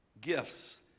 gifts